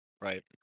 right